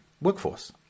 workforce